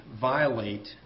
violate